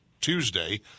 Tuesday